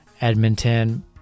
Edmonton